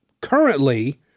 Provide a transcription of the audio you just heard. Currently